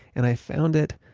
and i found it,